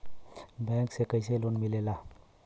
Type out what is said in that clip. Bank से कइसे loan मिलेला?